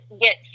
get